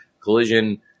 Collision